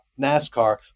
NASCAR